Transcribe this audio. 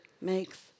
Makes